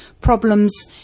problems